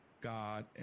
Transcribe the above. God